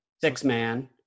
six-man